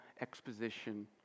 exposition